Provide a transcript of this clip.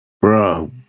Bro